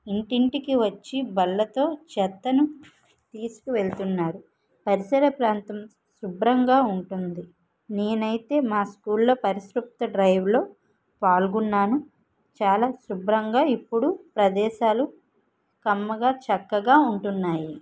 ఇంటింటికి వచ్చి బల్లతో చెత్తను తీసుకువెళ్తున్నారు పరిసర ప్రాంతం శుభ్రంగా ఉంటుంది నేనైతే మా స్కూల్ లో పరిశుభ్రత డ్రైవ్ లో పాల్గొన్నాను చాలా శుభ్రంగా ఇప్పుడు ప్రదేశాలు కమ్మగా చక్కగా ఉంటున్నాయి